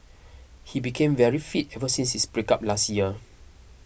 he became very fit ever since his breakup last year